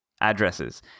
addresses